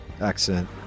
accent